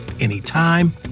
anytime